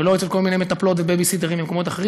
ולא אצל כל מיני מטפלות ובייביסיטרים ובמקומות אחרים,